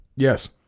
Yes